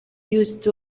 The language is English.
used